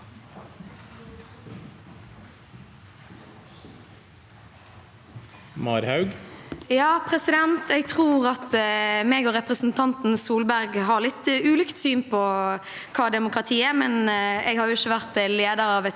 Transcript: (R) Jeg tror jeg og repre- sentanten Solberg har litt ulikt syn på hva demokrati er, men jeg har jo ikke vært leder av et